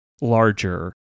larger